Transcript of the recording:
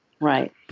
right